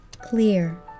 clear